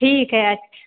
ठीक है अच्छा